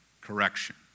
correction